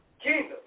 kingdom